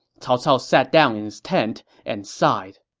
cao cao sat down in his tent and sighed,